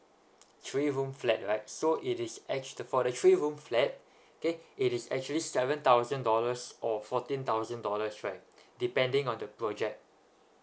three room flat right so it is actual~ the for the three room flat okay it is actually seven thousand dollars or fourteen thousand dollars right depending on the project